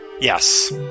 Yes